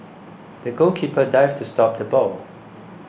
the goalkeeper dived to stop the ball